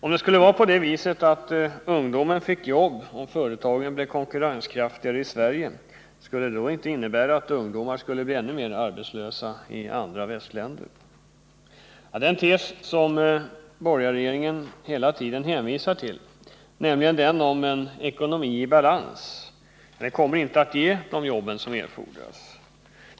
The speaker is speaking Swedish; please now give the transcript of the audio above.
Om det skulle vara på det viset att ungdomen får jobb och företagen blev konkurrenskraftigare i Sverige, skulle det då inte innebära att ännu fler ungdomar skulle bli arbetslösa i andra västländer? Den tes som borgarregeringen hela tiden hänvisar till, nämligen den om en ekonomi i balans, kommer inte att ge de jobb som erfordras.